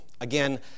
Again